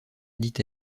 dit